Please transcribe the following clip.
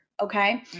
Okay